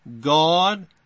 God